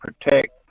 protect